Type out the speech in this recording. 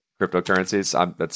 cryptocurrencies